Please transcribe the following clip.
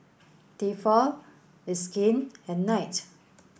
Tefal it's skin and knight